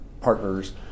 partners